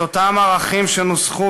את אותם ערכים שנוסחו